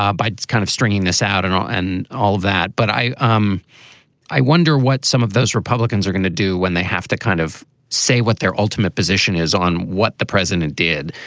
ah by kind of stringing this out. and all and all that. but i um i wonder what some of those republicans are going to do when they have to kind of say what their ultimate position is on what the president did.